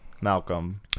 Malcolm